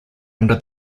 under